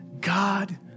God